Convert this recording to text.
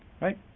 Right